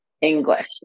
English